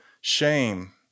shame